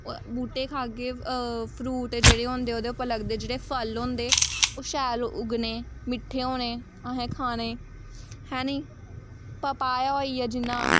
बूह्टे गी खाग्गे फ्रूट जेह्ड़े होंदे ओह्दे पर लगदे जि'यां फल होंदे ओह् शैल उग्गने मिट्ठे होने असें खाने है नी प्पाया होई गेआ जि'यां